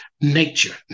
nature